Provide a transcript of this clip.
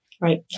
Right